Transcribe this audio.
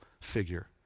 figure